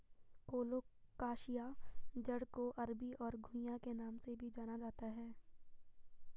colocasia जड़ को अरबी और घुइआ के नाम से भी जाना जाता है